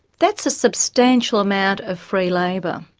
that's a substantial amount of free labour.